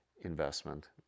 investment